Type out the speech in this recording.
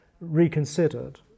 reconsidered